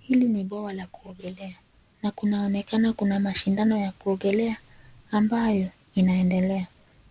Hili ni bowa la kuogelea na kunaonekana kuna mashindano ya kuogelea ambayo inaendelea,